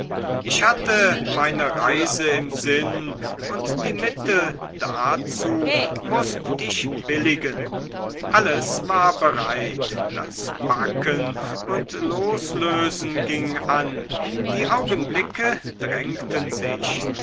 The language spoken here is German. ich hatte meine reise im sinn und die mittel dazu mußt ich billigen alles war bereit das packen und loslösen ging an die augenblicke drängten sich